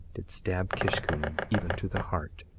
did stab kishkumen even to the heart,